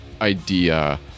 idea